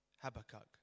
Habakkuk